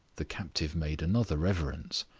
the captive made another reverence.